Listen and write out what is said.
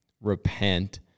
repent